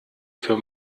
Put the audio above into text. für